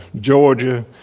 Georgia